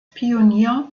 pionier